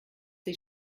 sie